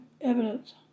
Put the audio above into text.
evidence